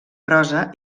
prosa